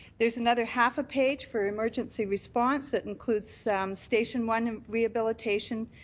there's another half a page for emergency response that includes station one rehabilitation.